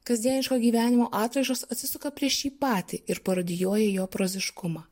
kasdieniško gyvenimo atraižos atsisuka prieš jį patį ir parodijuoja jo proziškumą